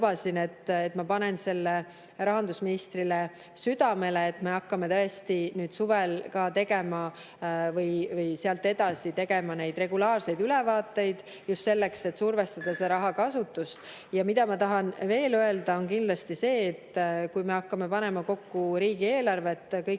et ma panen rahandusministrile südamele, et me hakkame nüüd suvel või sealt edasi tegema neid regulaarseid ülevaateid just selleks, et survestada rahakasutust. Ma tahan veel öelda kindlasti seda, et kui me hakkame panema kokku riigieelarvet – kõik